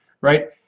right